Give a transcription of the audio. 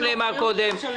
לא, לא.